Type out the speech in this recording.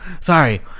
Sorry